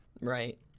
Right